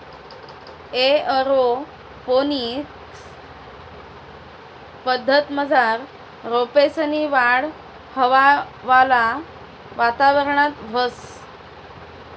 aeroponics पद्धतमझार रोपेसनी वाढ हवावाला वातावरणात व्हस